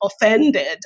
offended